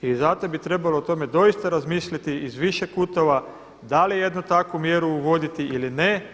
I zato bi trebalo o tome doista razmisliti iz više kutova da li jednu takvu mjeru uvoditi ili ne.